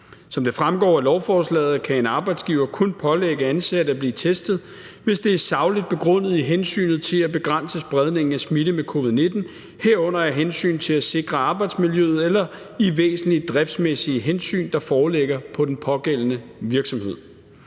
Som det fremgår af lovforslaget, kan en arbejdsgiver kun pålægge ansatte at blive testet, hvis det er sagligt begrundet i hensynet til at begrænse spredningen af smitte med covid-19, herunder af hensyn til at sikre arbejdsmiljøet eller i væsentlige driftsmæssige hensyn, der foreligger på den pågældende virksomhed.